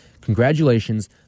Congratulations